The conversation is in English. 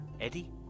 Eddie